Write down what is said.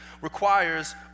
requires